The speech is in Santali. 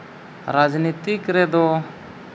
ᱨᱟᱡᱽᱱᱤᱛᱤᱠ ᱨᱮᱫᱚ